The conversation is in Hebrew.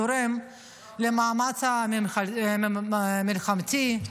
תורם למאמץ המלחמתי?